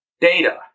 data